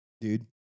dude